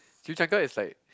chimichanga is like